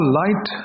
light